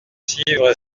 suivre